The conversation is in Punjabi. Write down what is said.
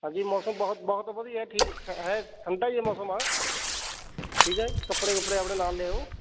ਹਾਂਜੀ ਮੌਸਮ ਬਹੁਤ ਬਹੁਤ ਵਧੀਆ ਠੀਕ ਠਾ ਹੈ ਠੰਡਾ ਜਿਹਾ ਮੌਸਮ ਆ ਠੀਕ ਹੈ ਕੱਪੜੇ ਕੁੱਪੜੇ ਆਪਣੇ ਨਾਲ ਲਿਆਓ